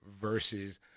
versus